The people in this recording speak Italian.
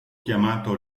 chiamato